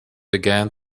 began